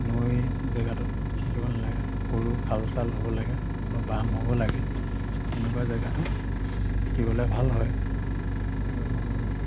নৈ জেগাটোত শিকিব নালাগে সৰু খাল চাল হ'ব লাগে অলপ বাম হ'ব লাগে তেনেকুৱা জেগাটোত শিকিবলৈ ভাল হয় আৰু